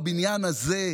בבניין הזה,